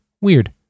Weird